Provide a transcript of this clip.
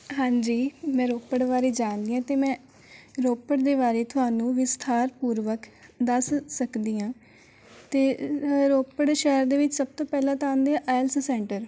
ਹਾਂਜੀ ਮੈਂ ਰੋਪੜ ਬਾਰੇ ਜਾਣਦੀ ਹਾਂ ਅਤੇ ਮੈਂ ਰੋਪੜ ਦੇ ਬਾਰੇ ਤੁਹਾਨੂੰ ਵਿਸਥਾਰ ਪੂਰਵਕ ਦੱਸ ਸਕਦੀ ਹਾਂ ਅਤੇ ਰੋਪੜ ਸ਼ਹਿਰ ਦੇ ਵਿੱਚ ਸਭ ਤੋਂ ਪਹਿਲਾਂ ਤਾਂ ਆਉਂਦੇ ਆ ਆਈਲੈਸ ਸੈਂਟਰ